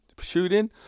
shooting